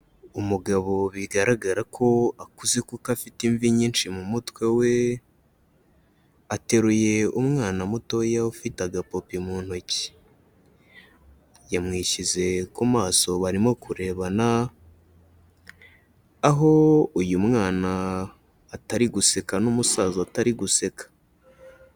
Umugabo bigaragara ko akuze kuko afite imvi nyinshi mu mutwe we, ateruye umwana mutoya ufite agapope mu ntoki, yamwishyize ku maso barimo kurebana aho uyu mwana atari guseka n'umusaza atari guseka.